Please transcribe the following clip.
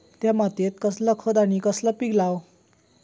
त्या मात्येत कसला खत आणि कसला पीक लाव?